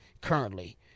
currently